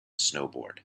snowboard